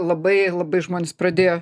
labai labai žmonės pradėjo